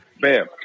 Bam